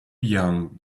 young